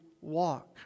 walk